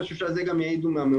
ואני חושב שעל זה גם יעידו מהמעונות.